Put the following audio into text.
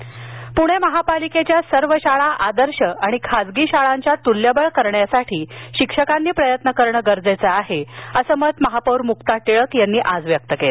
प्णे महापालिकेच्या सर्व शाळा आदर्श आणि खाजगी शाळांच्या तुल्यबळ करण्यासाठी शिक्षकांनी प्रयत्न करणं गरजेचं आहेअसं मत महापौर मुक्ता टिळक यांनी आज व्यक्त केलं